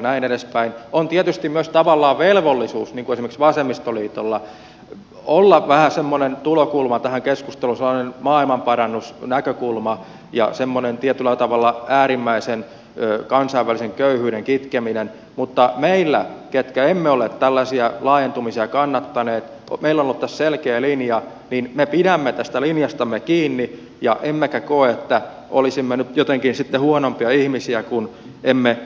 niin kuin esimerkiksi vasemmistoliitolla on tietysti myös tavallaan velvollisuus ottaa vähän semmoinen tulokulma tähän keskusteluun sellainen maailmanparannusnäkökulma ja semmoinen tietyllä tavalla äärimmäisen kansainvälisen köyhyyden kitkemisen näkökulma mutta meillä jotka emme ole tällaisia laajentumisia kannattaneet on ollut tässä selkeä linja ja me pidämme tästä linjastamme kiinni emmekä koe että olisimme nyt jotenkin sitten huonompia ihmisiä kun emme